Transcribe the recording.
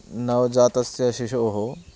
नवजातस्य शिशोः